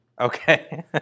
Okay